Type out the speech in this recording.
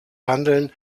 handeln